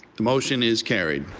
the motion is carried.